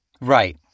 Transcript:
Right